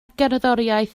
gerddoriaeth